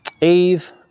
Eve